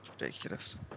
Ridiculous